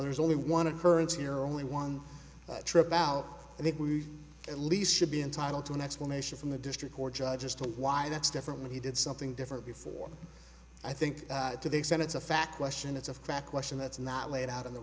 there's only one occurrence here only one trip out i think we at least should be entitled to an explanation from the district court judge as to why that's different he did something different before i think to the extent it's a fact question it's a fact question that's not laid out in the